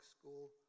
school